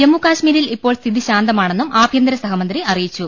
ജമ്മു കശ്മീരിൽ ഇപ്പോൾ സ്ഥിതി ശാന്തമാണെന്നും ആഭ്യ ന്തരസ്ഹമന്ത്രി അറിയിച്ചു